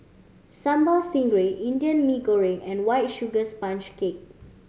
Sambal Stingray Indian Mee Goreng and White Sugar Sponge Cake